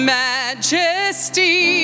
majesty